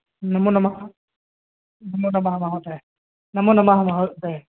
नमो नमः नमो नमः महोदय नमो नमः महोदय